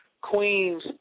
Queen's